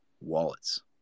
wallets